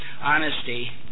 honesty